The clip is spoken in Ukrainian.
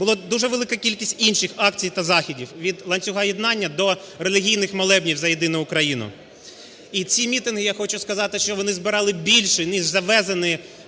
Була дуже велика кількість інших акцій та заходів: від ланцюга єднання до релігійних молебнів за єдину Україну. І ці мітинги, я хочу сказати, що вони збираються більше, ніж завезені